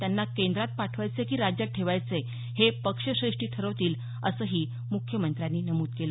त्यांना केंद्रात पाठवायचे की राज्यात ठेवायचे हे पक्षश्रेष्ठी ठरवतील असंही मुख्यमंत्र्यांनी नमूद केलं